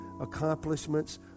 accomplishments